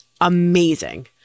Amazing